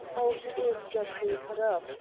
oh, he is dreadfully cut up.